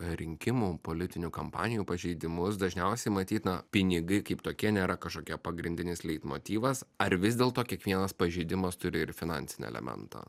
rinkimų politinių kampanijų pažeidimus dažniausiai matyt na pinigai kaip tokie nėra kažkokie pagrindinis leitmotyvas ar vis dėlto kiekvienas pažeidimas turi ir finansinį elementą